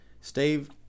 Steve